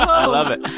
i love it.